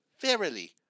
Verily